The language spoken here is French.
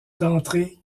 d’entrée